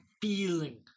feeling